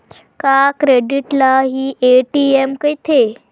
का क्रेडिट ल हि ए.टी.एम कहिथे?